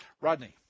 Rodney